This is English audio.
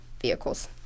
vehicles